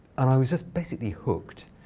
and i was just, basically, hooked.